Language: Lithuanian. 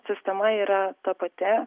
sistema yra ta pati